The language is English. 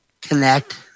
connect